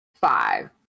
five